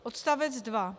Odstavec 2.